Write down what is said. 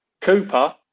Cooper